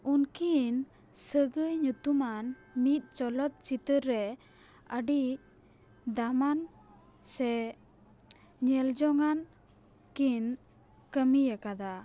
ᱩᱱᱠᱤᱞ ᱥᱟᱹᱜᱟᱹᱭ ᱧᱩᱛᱩᱢᱟᱱ ᱢᱤᱫ ᱪᱚᱞᱚᱛ ᱪᱤᱛᱟᱹᱨ ᱨᱮ ᱟᱹᱰᱤ ᱫᱟᱢᱟᱱ ᱥᱮ ᱧᱮᱞ ᱡᱚᱝᱟᱱ ᱠᱤᱱ ᱠᱟᱹᱢᱤ ᱟᱠᱟᱫᱟ